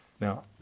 Now